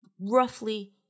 roughly